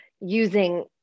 using